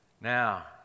Now